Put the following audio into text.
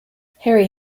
harry